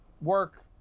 work